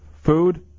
food